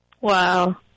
Wow